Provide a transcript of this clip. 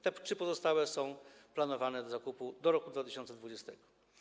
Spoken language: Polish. Te trzy pozostałe są planowane do zakupu do roku 2020.